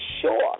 sure